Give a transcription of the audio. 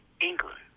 England